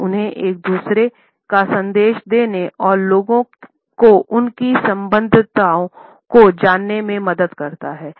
यह उन्हें एक दूसरे को संदेश देने और लोगों को उनकी संबद्धताओं को जानने में मदद करता है